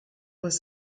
was